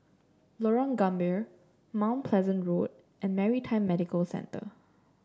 Lorong Gambir Mount Pleasant Road and Maritime Medical Centre